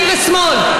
מימין ושמאל.